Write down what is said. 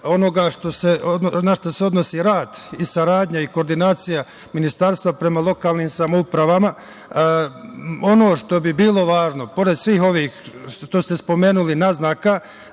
onoga na šta se odnosi rad, saradnja i koordinacija ministarstva prema lokalnim samoupravama. Ono što bi bilo važno, pored svih ovih naznaka,